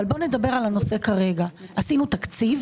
אבל בוא נדבר על הנושא כרגע- עשינו תקציב,